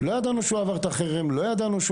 לא ידענו שהוא עבר את החרם ולא ידענו שהוא